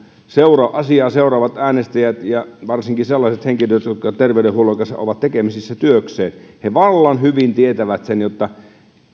asiaa seuraavat äänestäjät ja varsinkin sellaiset henkilöt jotka terveydenhuollon kanssa ovat tekemisissä työkseen vallan hyvin tietävät että